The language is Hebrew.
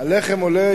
מחיר הלחם עולה,